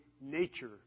nature